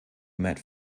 met